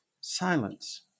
Silence